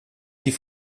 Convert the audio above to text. die